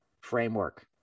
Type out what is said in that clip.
framework